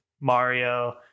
Mario